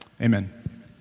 Amen